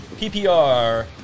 PPR